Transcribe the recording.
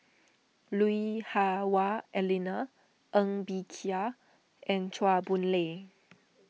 Lui Hah Wah Elena Ng Bee Kia and Chua Boon Lay